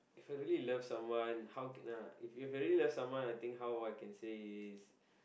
If I really love someone how can I If I really love someone I think how I can say is